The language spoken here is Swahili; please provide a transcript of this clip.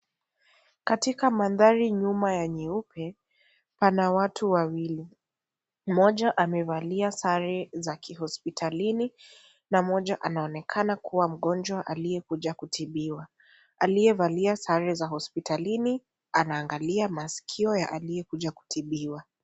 Katika mandhari nyuma ya nyeupe pana watu wawili moja amevalia sare za kihospitalini na mmoja anaonekana kuwa mgonjwa aliyekuja kutibiwa aliyevalia sare za hospitalini anaangalia masikio za aliyekuja kutibiwa.